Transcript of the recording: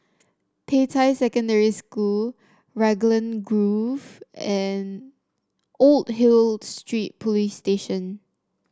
Peicai Secondary School Raglan Grove and Old Hill Street Police Station